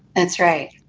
that's right.